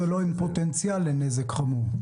היא לא עם פוטנציאל לנזק חמור?